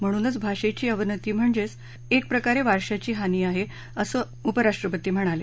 म्हणूनच भाषेची अवनती म्हणजे एक प्रकारे वारशाची हानी आहे असं उपराष्ट्रपती म्हणाले